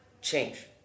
change